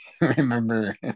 remember